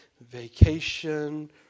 vacation